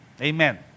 Amen